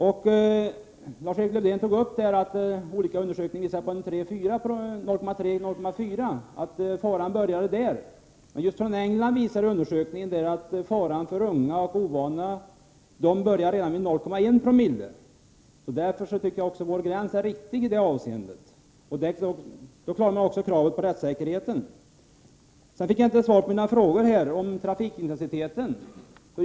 Lars-Erik Lövdén sade att olika undersökningar visar att faran inträder vid 0,3-0,4 Zoo. Men den undersökning som har gjorts i England visar att det när det gäller unga och ovana förare börjar bli farligt redan vid 0,1 Joo. Mot den bakgrunden tycker jag att vårt förslag till gräns är riktigt. Då klarar man också kraven på rättssäkerheten. Jag fick inte något svar på mina frågor om trafikintensiteten.